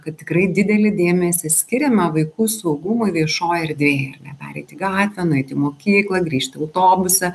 kad tikrai didelį dėmesį skiriame vaikų saugumui viešoje erdvėje pereiti gatvę nueiti į mokyklą grįžt į autobusą